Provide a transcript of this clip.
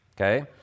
Okay